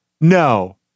no